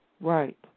right